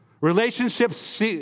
Relationships